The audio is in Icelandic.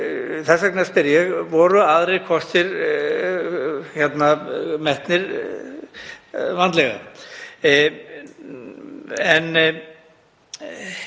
Þess vegna spyr ég: Voru aðrir kostir metnir vandlega?